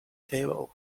table